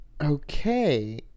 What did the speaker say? Okay